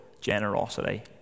generosity